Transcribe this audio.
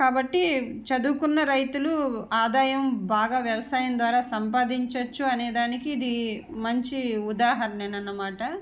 కాబట్టి చదువుకున్న రైతులు ఆదాయం బాగా వ్యవసాయం ద్వారా సంపాదించవచ్చు అనేదానికి ఇది మంచి ఉదాహరణ అన్నమాట